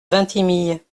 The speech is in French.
vintimille